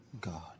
God